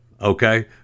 okay